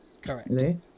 Correct